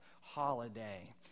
holiday